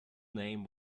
name